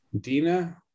Dina